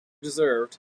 deserved